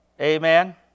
Amen